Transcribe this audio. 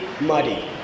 muddy